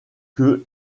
que